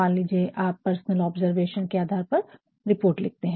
मान लीजिये यदि आप पर्सनल ऑब्जरवेशन के आधार पर रिपोर्ट लिखते है